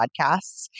podcasts